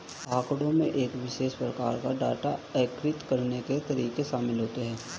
आँकड़ों में एक विशेष प्रकार का डेटा एकत्र करने के तरीके शामिल होते हैं